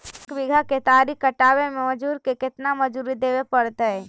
एक बिघा केतारी कटबाबे में मजुर के केतना मजुरि देबे पड़तै?